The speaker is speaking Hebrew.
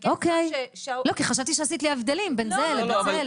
אוקיי, כי חשבתי שעשית לי הבדלים בין זה לזה.